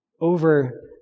over